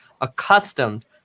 accustomed